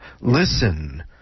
listen